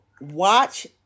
watch